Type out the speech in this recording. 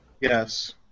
Yes